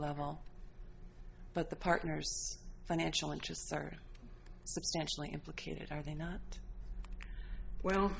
level but the partner's financial interests are substantially implicated are they not well